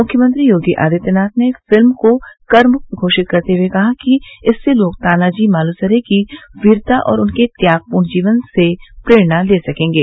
मुख्यमंत्री योगी आदित्यनाथ ने फिल्म को कर मुक्त घोषित करते हुए कहा कि इससे लोग तानाजी मालुसरे की वीरता और उनके त्यागपूर्ण जीवन से प्रेरणा ले सकेंगे